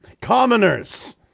Commoners